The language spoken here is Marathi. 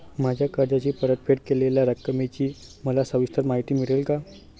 माझ्या कर्जाची परतफेड केलेल्या रकमेची मला सविस्तर माहिती मिळेल का?